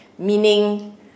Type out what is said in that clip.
Meaning